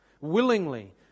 Willingly